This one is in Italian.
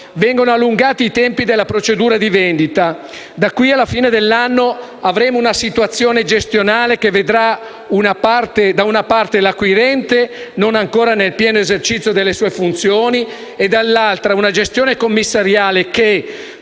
vengono allungati i tempi della procedura di vendita. Da qui alla fine dell'anno avremo una situazione gestionale che vedrà, da una parte, l'acquirente non ancora nel pieno esercizio delle sue funzioni e, dall'altra, una gestione commissariale che,